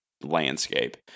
landscape